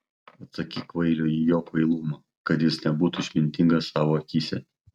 atsakyk kvailiui į jo kvailumą kad jis nebūtų išmintingas savo akyse